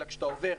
אלא כשאתה עובר,